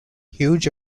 huge